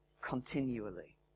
continually